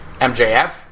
MJF